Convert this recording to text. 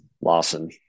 Lawson